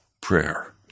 prayer